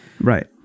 Right